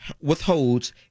withholds